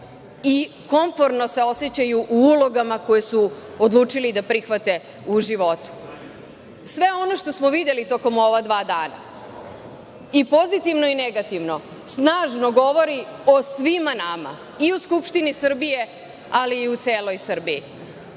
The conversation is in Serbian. i komforno se osećaju u ulogama koje su odlučili da prihvate u životu. Sve ono što smo videli tokom ova dva dana, i pozitivno i negativno, snažno govori o svima nama i u Skupštini Srbije, ali i u celoj Srbiji.